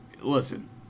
Listen